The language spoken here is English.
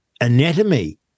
anatomy